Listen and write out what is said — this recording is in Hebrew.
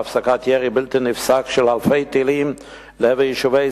להפסקת ירי בלתי נפסק של אלפי טילים לעבר יישובי ישראל,